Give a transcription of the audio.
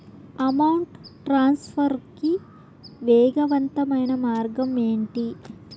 amount transfer కి వేగవంతమైన మార్గం ఏంటి